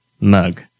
mug